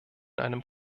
einem